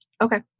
Okay